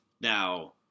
Now